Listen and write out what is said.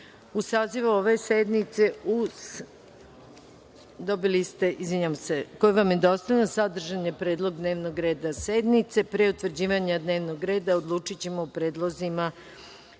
sazivu ove sednice, koji vam je dostavljen, sadržan je predlog dnevnog reda sednice. Pre utvrđivanja dnevnog reda sednice, odlučićemo o predlozima za